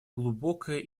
глубокое